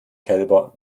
kälber